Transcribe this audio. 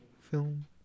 film